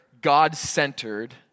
God-centered